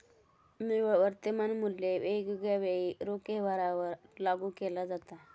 निव्वळ वर्तमान मुल्य वेगवेगळ्या वेळी रोख व्यवहारांवर लागू केला जाता